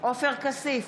עופר כסיף,